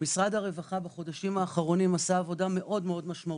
משרד הרווחה בחודשים האחרונים עשה עבודה מאוד משמעותית,